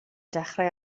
dechrau